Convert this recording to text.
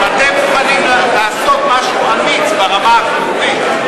אתם מוכנים לעשות משהו אמיץ ברמה החיובית,